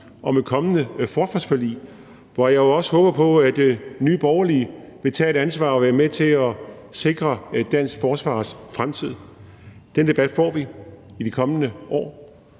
om et kommende forsvarsforlig, hvor jeg også håber, at Nye Borgerlige vil tage et ansvar og være med til at sikre dansk forsvars fremtid. Den debat får vi i de kommende år,